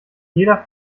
jeder